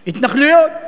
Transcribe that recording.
התנחלויות.